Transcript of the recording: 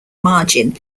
margin